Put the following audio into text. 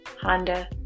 Honda